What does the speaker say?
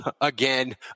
again